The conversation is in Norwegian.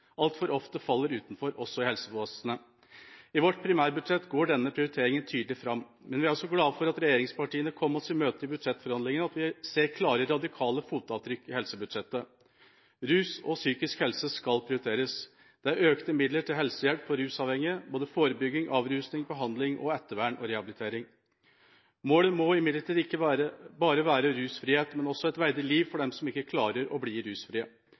altfor ofte faller utenfor – også i helsevesenet. I vårt primærbudsjett går denne prioriteringen tydelig fram. Men vi er også glade for at regjeringspartiene kom oss i møte i budsjettforhandlingene, og at vi ser klare, radikale fotavtrykk i helsebudsjettet. Rus og psykisk helse skal prioriteres. Det er økte midler til helsehjelp for rusavhengige; både forebygging, avrusing, behandling og ettervern/rehabilitering. Målet må imidlertid ikke bare være rusfrihet, men også et verdig liv for dem som ikke klarer å bli rusfrie.